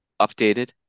updated